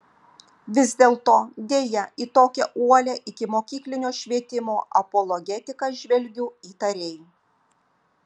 vis dėlto deja į tokią uolią ikimokyklinio švietimo apologetiką žvelgiu įtariai